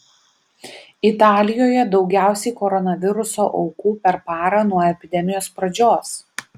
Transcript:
italijoje daugiausiai koronaviruso aukų per parą nuo epidemijos pradžios